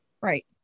Right